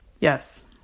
Yes